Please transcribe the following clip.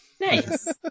nice